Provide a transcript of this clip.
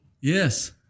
Yes